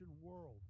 World